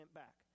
back